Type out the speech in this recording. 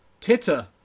Titter